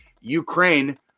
Ukraine